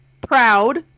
proud